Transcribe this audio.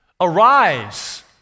Arise